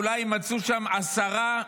אולי ימצאון שם עשרה,